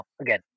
again